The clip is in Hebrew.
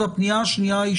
אנחנו רואים.